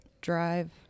Drive